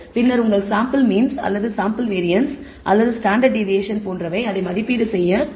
பின்னர் உங்கள் sample means அல்லது சாம்பிள் வேரியன்ஸ் அல்லது ஸ்டாண்டர்ட் டிவியேஷன் போன்றவை அதை மதிப்பீடு செய்ய உள்ளது